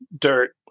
dirt